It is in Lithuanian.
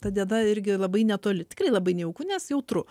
ta diena irgi labai netoli tikrai labai nejauku nes jautru